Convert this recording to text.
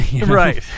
Right